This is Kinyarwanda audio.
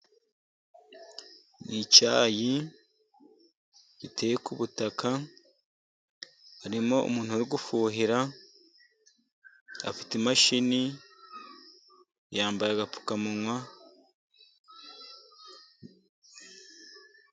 N'icyayi giteye ku butaka harimo umuntu urikuhira afite imashini yambaye agapfukamunwa.